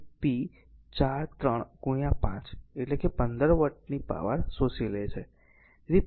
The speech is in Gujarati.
તેથી p 4 3 5 એટલે કે 15 વોટની પાવર શોષી લેશે